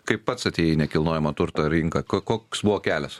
kaip pats atėjai į nekilnojamo turto rinką ko koks buvo kelias